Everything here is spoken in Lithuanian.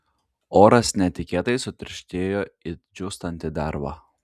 oras netikėtai sutirštėjo it džiūstanti derva